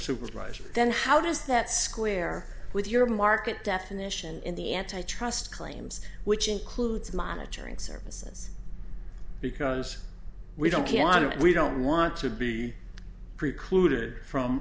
supervisor then how does that square with your market definition in the anti trust claims which includes monitoring services because we don't get i don't we don't want to be precluded from